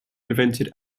prevented